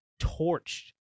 torched